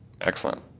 Excellent